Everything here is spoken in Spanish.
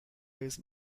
vez